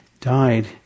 died